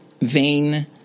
vain